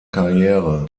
karriere